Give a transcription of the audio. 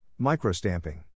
Microstamping